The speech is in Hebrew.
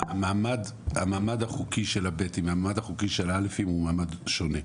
המעמד החוקי של הב' והמעמד החוקי של הא' הוא מעמד שונה.